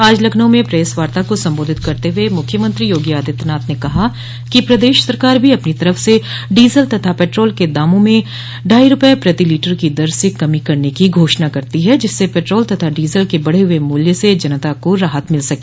आज लखनऊ में प्रैस वार्ता को संबोधित करते हुए मुख्यमंत्री योगी आदित्यनाथ ने कहा कि प्रदेश सरकार भी अपनी तरफ से डीजल तथा पेट्रोल के दामों में ढाई रूपये प्रति लीटर की दर से कमी करने की घोषणा करती है जिससे पेट्रोल तथा डीजल के बढ़े हुए मूल्य से जनता को राहत मिल सके